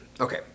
okay